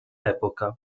epoca